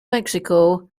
mexico